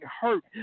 hurt